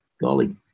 golly